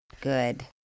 good